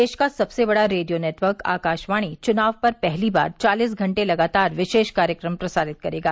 देश का सबसे बड़ा रेडियो नेटवर्क आकाशवाणी चुनाव पर पहली बार चालिस घंटे लगातार विशेष कार्यक्रम प्रसारित करेगा